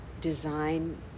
design